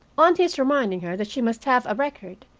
on his reminding her that she must have a record,